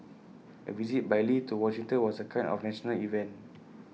A visit by lee to Washington was A kind of national event